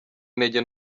intege